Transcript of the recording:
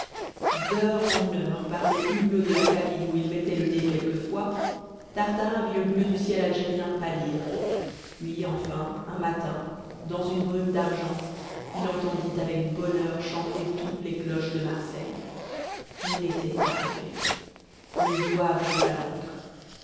d'heure en heure par les hublots de la cabine où il mettait le nez quelquefois tartarin vit le bleu du ciel algérien pâlir puis enfin un matin dans une brume d'argent il entendit avec bonheur chanter toutes les cloches de marseille on était arrivé le zouave jeta l'ancre